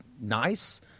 nice